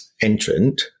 entrant